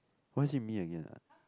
why is it me again ah